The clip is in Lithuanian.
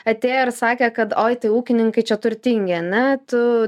atėjo ir sakė kad oi tai ūkininkai čia turtingi ane tu